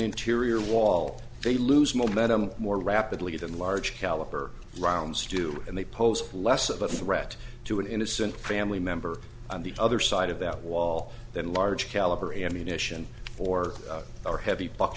interior wall they lose momentum more rapidly than large caliber rounds do and they pose less of a three that to an innocent family member on the other side of that wall that large caliber ammunition or are heavy buck